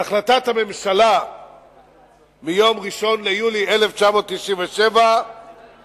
בהחלטת הממשלה מיום 1 ביולי 1997 הוחלט